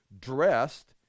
dressed